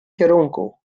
kierunku